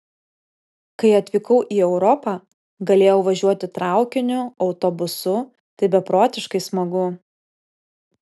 kai atvykau į europą galėjau važiuoti traukiniu autobusu tai beprotiškai smagu